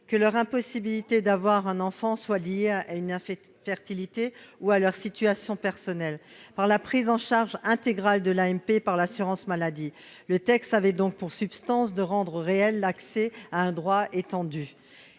que leur impossibilité d'avoir un enfant soit liée à une infertilité ou à leur situation personnelle. Par la prise en charge intégrale de l'AMP par l'assurance maladie, ce texte rendait donc réel l'accès à un droit étendu.